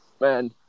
man